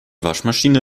waschmaschine